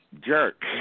jerk